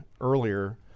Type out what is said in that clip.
earlier